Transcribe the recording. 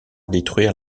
détruire